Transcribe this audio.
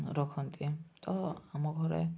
ରଖନ୍ତି ତ ଆମ ଘରେ